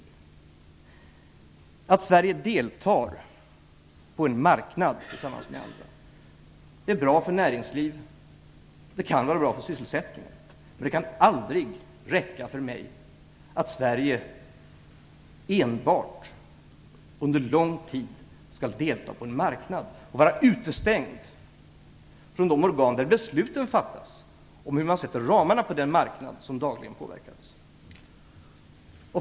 För det första: Att Sverige deltar på en marknad tillsammans med andra. Det är bra för näringslivet och det kan vara bra för sysselsättningen. För mig kan det aldrig räcka att Sverige enbart skall delta på en marknad under lång tid och vara utestängt från de organ där besluten fattas om ramarna för den marknad som dagligen påverkar oss.